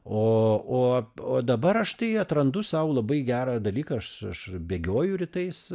o o o dabar aš tai atrandu sau labai gerą dalyką aš aš bėgioju rytais